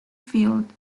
field